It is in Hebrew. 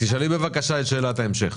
תשאלי בבקשה את שאלת ההמשך,